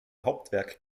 hauptwerk